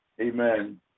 amen